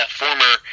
former